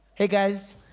hey guys